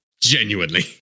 Genuinely